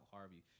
Harvey